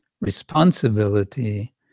responsibility